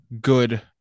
good